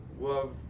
love